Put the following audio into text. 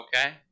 Okay